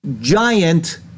giant